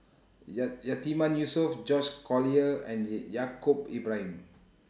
Ya Yatiman Yusof George Collyer and E Yaacob Ibrahim